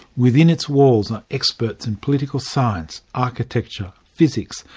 within its walls are experts in political science, architecture, physics,